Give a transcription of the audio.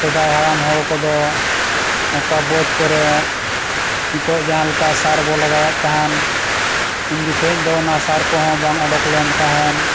ᱥᱮᱫᱟᱭ ᱦᱟᱲᱟᱢ ᱦᱚᱲ ᱠᱚᱫᱚ ᱱᱚᱝᱠᱟ ᱵᱟᱹᱫ ᱠᱚᱨᱮ ᱱᱤᱛᱳᱜ ᱡᱟᱦᱟᱸ ᱞᱮᱠᱟ ᱥᱟᱨ ᱵᱚᱱ ᱞᱟᱜᱟᱣᱮᱫ ᱛᱟᱦᱮᱱ ᱩᱱ ᱡᱚᱠᱷᱚᱱ ᱫᱚ ᱚᱱᱟ ᱥᱟᱨ ᱠᱚᱦᱚᱸ ᱵᱟᱝ ᱚᱰᱚᱠ ᱞᱮᱱ ᱛᱟᱦᱮᱱ